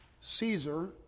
caesar